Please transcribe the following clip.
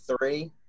three